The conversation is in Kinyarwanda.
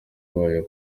bayo